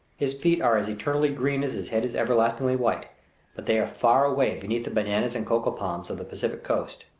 his feet are as eternally green as his head is everlastingly white but they are far away beneath the bananas and cocoa-palms of the pacific coast.